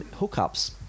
hookups